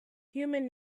human